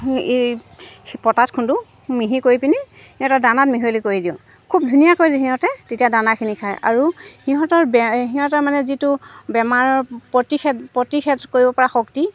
ই সেই পটাত খুন্দো মিহি কৰি পিনি সিহঁতৰ দানাত মিহলি কৰি দিওঁ খুব ধুনীয়াকৈ দিওঁ সিহঁতে তেতিয়া দানাখিনি খায় আৰু সিহঁতৰ বে সিহঁতৰ মানে যিটো বেমাৰৰ প্ৰতিষেদ প্ৰতিষেধ কৰিব পৰা শক্তি